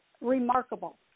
remarkable